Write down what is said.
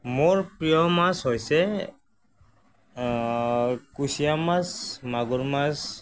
মোৰ প্ৰিয় মাছ হৈছে কুচিয়া মাছ মাগুৰ মাছ